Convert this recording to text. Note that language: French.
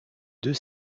deux